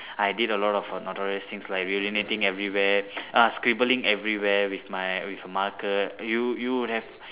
I did a lot of uh notorious things like urinating everywhere ah scribbling everywhere with my with a marker you you would have